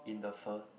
in the pho